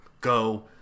go